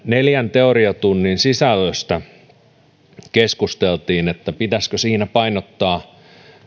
neljän teoriatunnin sisällöstä keskusteltiin pitäisikö siinä painottaa